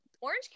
Orange